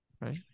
Right